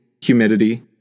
humidity